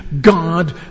god